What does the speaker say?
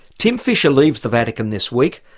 tim fischer leaves the vatican this week,